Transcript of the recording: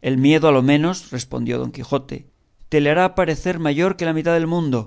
el miedo a lo menos respondió don quijote te le hará parecer mayor que la mitad del mundo